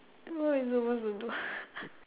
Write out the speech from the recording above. what are we supposed to do